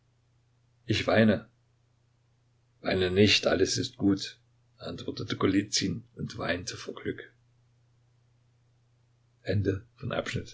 ich weine weine nicht alles ist gut antwortete golizyn und weinte vor glück